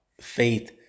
faith